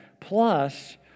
Plus